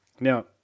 Now